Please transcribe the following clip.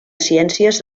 ciències